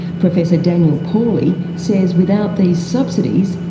professor daniel pauly says without these subsidies,